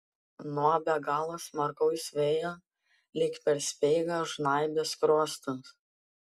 nuo be galo smarkaus vėjo lyg per speigą žnaibė skruostus